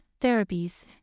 therapies